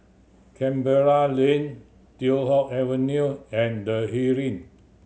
Canberra Lane Teow Hock Avenue and The Heeren